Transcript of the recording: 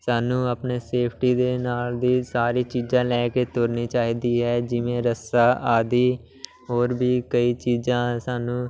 ਸਾਨੂੰ ਆਪਣੇ ਸੇਫਟੀ ਦੇ ਨਾਲ ਦੀ ਸਾਰੀ ਚੀਜ਼ਾਂ ਲੈ ਕੇ ਤੁਰਨੀ ਚਾਹੀਦੀ ਹੈ ਜਿਵੇਂ ਰੱਸਾ ਆਦਿ ਹੋਰ ਵੀ ਕਈ ਚੀਜ਼ਾਂ ਸਾਨੂੰ